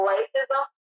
Racism